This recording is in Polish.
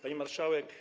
Pani Marszałek!